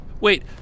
Wait